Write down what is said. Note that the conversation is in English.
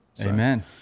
Amen